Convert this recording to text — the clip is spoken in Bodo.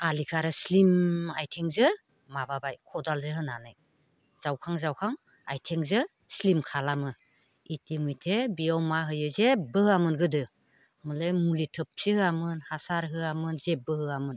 आलिखौ आरो स्लिम आथिंजो माबाबाय खदालजों होनानै जावखां जावखां आथिंजों स्लिम खालामो इटिमयधे बेयाव मा होयो जेबो होआमोन गोदो माने मुलि थोबसे होआमोन हासार होआमोन जेबो होआमोन